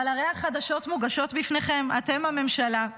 אבל הרי החדשות מוגשות בפניכם: אתם הממשלה,